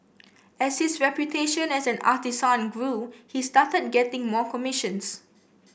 as his reputation as an artisan grew he started getting more commissions